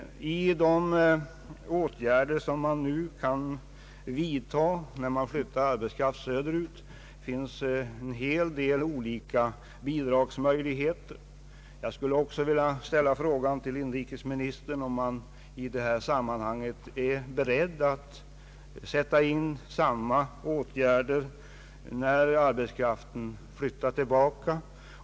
Då man flyttar arbetskraft söderut finns en hel del olika bidragsmöjligheter. Jag vill fråga inrikesministern om man är beredd att sätta in samma åtgärder när arbetskraften flyttar tillbaka.